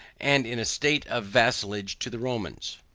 and in a state of vassalage to the romans.